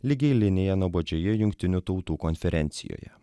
lygi linija nuobodžioje jungtinių tautų konferencijoje